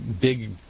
big